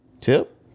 Tip